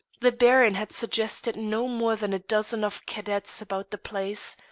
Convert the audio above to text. the baron had suggested no more than a dozen of cadets about the place.